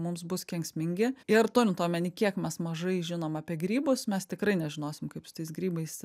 mums bus kenksmingi ir turint omeny kiek mes mažai žinome apie grybus mes tikrai nežinosim kaip su tais grybais